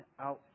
out